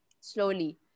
Slowly